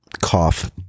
cough